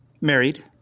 Married